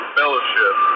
fellowship